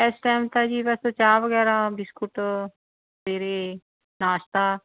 ਇਸ ਟਾਈਮ ਤਾਂ ਜੀ ਬਸ ਚਾਹ ਵਗੈਰਾ ਬਿਸਕੁਟ ਸਵੇਰੇ ਨਾਸ਼ਤਾ